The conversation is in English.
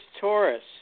Taurus